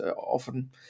often